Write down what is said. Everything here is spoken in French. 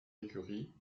écuries